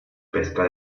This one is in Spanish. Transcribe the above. pesca